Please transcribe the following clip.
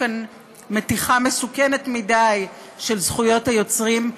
יש כאן מתיחה מסוכנת מדי של זכויות יוצרים,